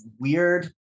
weird